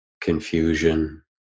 confusion